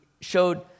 showed